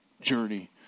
journey